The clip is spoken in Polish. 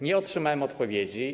Nie otrzymałem odpowiedzi.